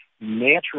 natural